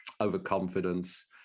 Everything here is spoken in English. overconfidence